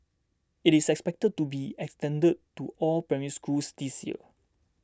it is expected to be extended to all Primary Schools this year